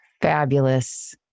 Fabulous